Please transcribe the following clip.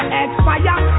expire